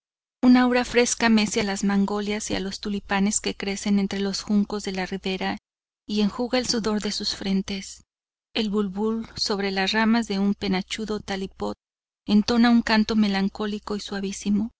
un aura fresca mece las magnolias y los tulipanes que crecen entre los juncos de la ribera y enjuga el sudor de sus frentes el bulbul sobre las ramas de un penachudo talipot entona un canto melancólico y